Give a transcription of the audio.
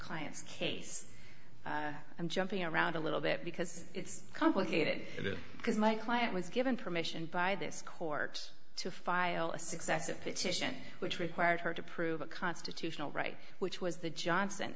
client's case i'm jumping around a little bit because it's complicated because my client was given permission by this court to file a successive petition which required her to prove a constitutional right which was the johnson